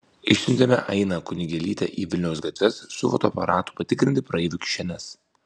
išsiuntėme ainą kunigėlytę į vilniaus gatves su fotoaparatu patikrinti praeivių kišenes